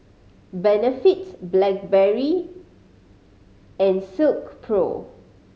Benefit Blackberry and Silkpro